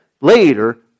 later